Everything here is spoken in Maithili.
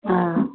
हँ